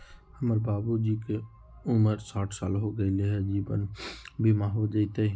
हमर बाबूजी के उमर साठ साल हो गैलई ह, जीवन बीमा हो जैतई?